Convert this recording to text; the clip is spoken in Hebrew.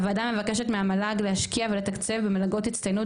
הוועדה מבקשת מהמועצה להשכלה גבוהה להשקיע ולתקצב במלגות הצטיינות